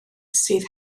sydd